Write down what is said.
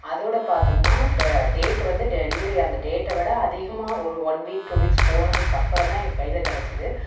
அதோட பார்த்தம்னா டேட் வந்து டெலிவரி அந்த டேட்டை விட அதிகமாக ஒரு ஒன் வீக் டூ வீக்ஸ் போனதுக்கப்பறம்தான் எங்கள் கையில கிடச்சிது